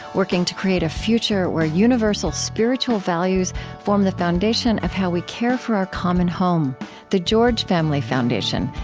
working to create a future where universal spiritual values form the foundation of how we care for our common home the george family foundation,